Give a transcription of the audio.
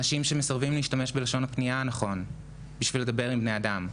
אנשים שמסרבים להשתמש בלשון הפניה הנכון כדי לדבר עם בני אדם.